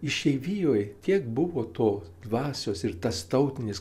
išeivijoj tiek buvo to dvasios ir tas tautinis